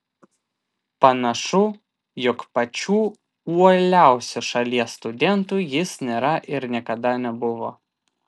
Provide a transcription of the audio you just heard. panašu jog pačiu uoliausiu šalies studentu jis nėra ir niekada nebuvo